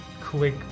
quick